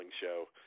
show